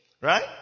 right